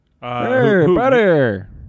butter